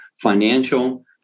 financial